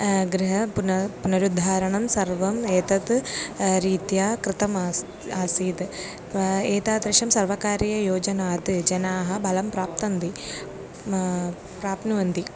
गृह पुन पुनरुद्धारणं सर्वम् एतत् रीत्या कृतम् आसीत् आसीत् एतादृशं सर्वकारीययोजनात् जनाः बलं प्राप्नुवन्ति प्राप्नुवन्ति